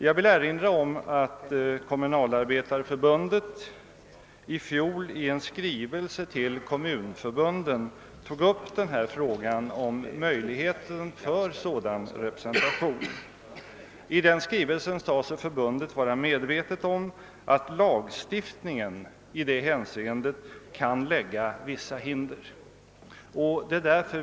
Jag vill erinra om att Kommunalarbetareförbundet i fjol i en skrivelse till kommunförbunden berörde möjligheten till sådan representation. I denna skrivelse sade sig förbundet vara medvetet om att lagstiftningen i detta hänseende kan ställa upp vissa hinder.